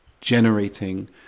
generating